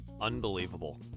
Unbelievable